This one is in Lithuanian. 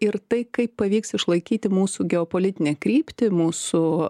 ir tai kaip pavyks išlaikyti mūsų geopolitinę kryptį mūsų